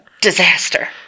disaster